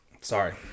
Sorry